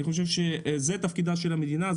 אני חושב שבזה תפקידה של המדינה,